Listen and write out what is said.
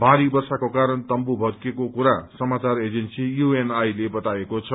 भारी वर्षाको कारण तम्वू भत्किएको कुरा समाचार उएजेन्सी यूएनआई ले वताएको छ